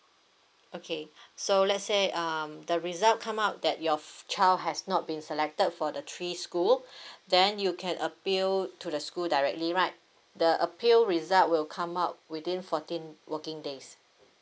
okay so let say um the result come out that your f~ child has not been selected for the three school then you can appeal to the school directly right the appeal result will come out within fourteen working days